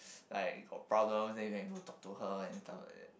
like got problems then you can go talk to her and stuff of it